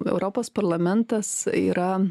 europos parlamentas yra